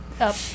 up